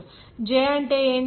J అంటే ఏమిటి